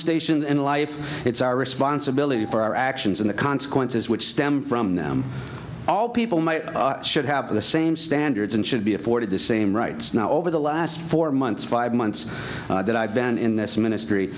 station in life it's our responsibility for our actions and the consequences which stem from them all people might should have the same standards and should be afforded the same rights now over the last four months five months that i've been in this ministry